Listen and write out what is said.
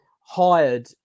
hired